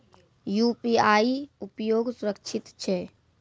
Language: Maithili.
यु.पी.आई उपयोग सुरक्षित छै?